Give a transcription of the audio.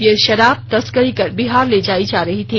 यह शराब तस्करी कर बिहार ले जाई जा रही थी